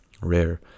rare